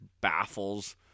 baffles